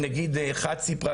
אחת סיפרה